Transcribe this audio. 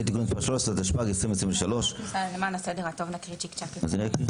אבל למען הסדר הטוב נקריא שוב.